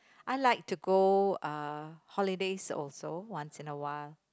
I like to go uh holidays also once in a while